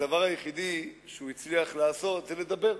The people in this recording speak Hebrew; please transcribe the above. הדבר היחידי שהוא הצליח לעשות זה לדבר.